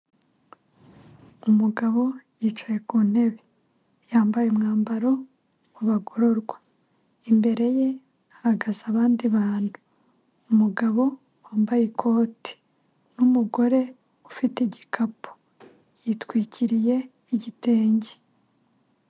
Umugabo yicaye ku ntebe yambaye umwambaro w'abagororwa imbere ye hahagaze abandi bantu umugabo wambaye ikote n'umugore ufite igikapu yitwikiriye igitenge.